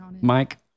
Mike